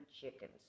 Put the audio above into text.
chickens